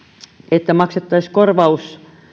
että maksettaisiin korvaus